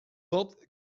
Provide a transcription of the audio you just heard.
valt